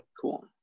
Cool